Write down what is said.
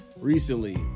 recently